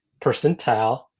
percentile